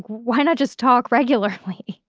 why not just talk regularly?